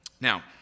now